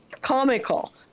comical